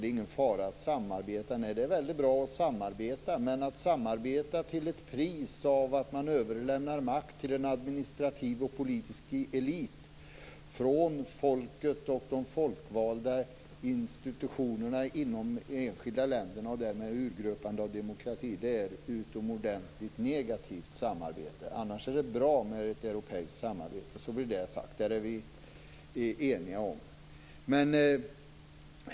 Det är ingen fara med att samarbeta, säger han. Nej, det är väldigt bra att samarbeta, men att samarbeta till ett pris av att man överlämnar makt till en administrativ och politisk elit från folket och de folkvalda institutionerna i de enskilda länderna och därmed urgröpa demokratin, det är ett utomordentligt negativt samarbete. Annars är det bra med ett europeiskt samarbete. Så var det sagt. Där är vi eniga.